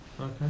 Okay